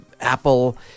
Apple